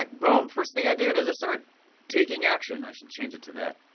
like boom, first thing i did is i started taking action. i should change it to that.